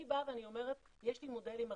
אני באה ואומרת שיש לי מודלים ארציים,